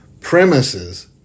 premises